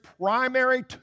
primary